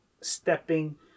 stepping